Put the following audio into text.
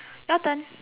your turn